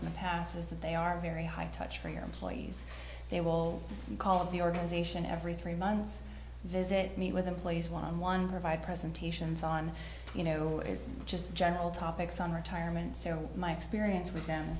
in the past is that they are very high touch for your employees they will call it the organization every three months visit meet with employees one on one provide presentations on you know it's just general topics on retirement so my experience with them